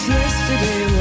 yesterday